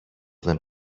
δεν